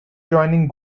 joining